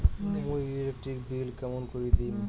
মুই electric bill কেমন করি দিম?